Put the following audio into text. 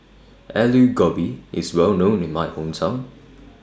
Alu Gobi IS Well known in My Hometown